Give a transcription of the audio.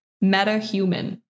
meta-human